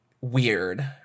weird